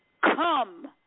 Come